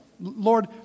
Lord